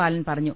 ബാലൻ പറഞ്ഞു